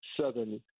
Southern